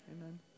amen